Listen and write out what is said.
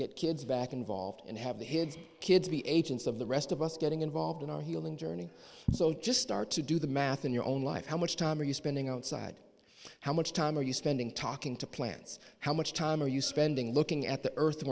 get kids back involved and have the kids be agents of the rest of us getting involved in our healing journey so just start to do the math in your own life how much time are you spending outside how much time are you spending talking to plants how much time are you spending looking at the earth